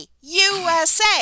USA